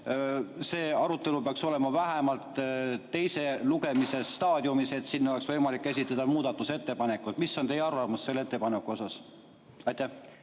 see arutelu peaks olema vähemalt teise lugemise staadiumis, et oleks võimalik esitada muudatusettepanekud. Mis on teie arvamus selle ettepaneku suhtes? Aitäh,